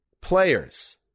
players